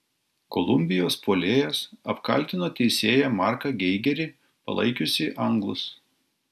kolumbijos puolėjas apkaltino teisėją marką geigerį palaikiusį anglus